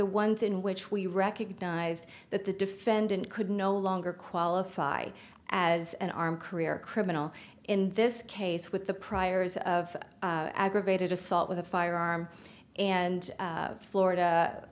the ones in which we recognized that the defendant could no longer qualify as an armed career criminal in this case with the priors of aggravated assault with a firearm and florida